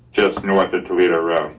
just north of toledo road.